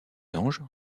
anges